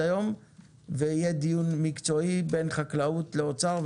היום ויהיה דיון מקצועי בין חקלאות לאוצר,